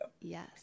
Yes